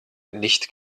nicht